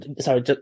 Sorry